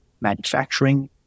manufacturing